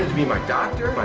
be like doctor